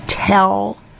Tell